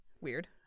Weird